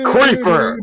Creeper